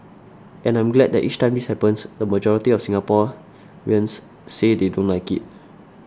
and I'm glad that each time this happens the majority of Singaporeans say they don't like it